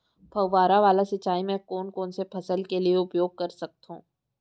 फवारा वाला सिंचाई मैं कोन कोन से फसल के लिए उपयोग कर सकथो?